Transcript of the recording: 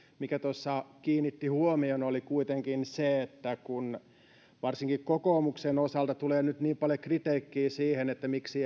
mikä tuossa kiinnitti huomion oli kuitenkin se että varsinkin kokoomuksen osalta tulee nyt niin paljon kritiikkiä siitä miksi